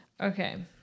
Okay